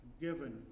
given